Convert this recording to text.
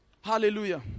Hallelujah